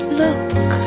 look